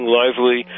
lively